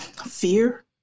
fear